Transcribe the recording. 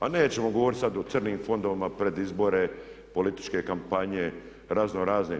A nećemo govoriti sad o crnim fondovima pred izbore, političke kampanje raznorazne.